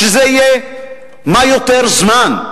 שזה יהיה מה שיותר זמן.